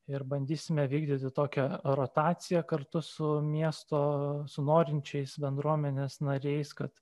ir bandysime vykdyti tokią rotaciją kartu su miesto su norinčiais bendruomenės nariais kad